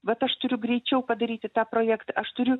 bet aš turiu greičiau padaryti tą projektą aš turiu